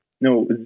No